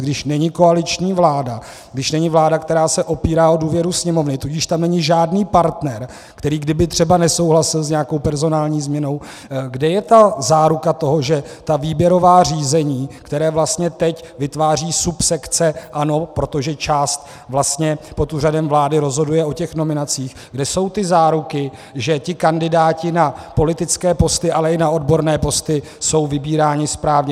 Když není koaliční vláda, když není vláda, která se opírá o důvěru Sněmovny, tudíž tam není žádný partner, který kdyby třeba nesouhlasil s nějakou personální změnou, kde je záruka toho, že výběrová řízení, která vlastně teď vytváří subsekce ANO, protože část pod Úřadem vlády rozhoduje o těch nominacích, kde jsou ty záruky, že kandidáti na politické posty, ale i na odborné posty jsou vybíráni správně?